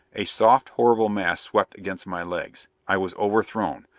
a soft, horrible mass swept against my legs. i was overthrown.